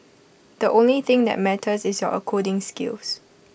the only thing that matters is your coding skills